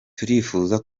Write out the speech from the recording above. turifuza